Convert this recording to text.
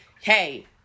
hey